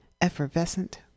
effervescent